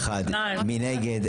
מי נגד?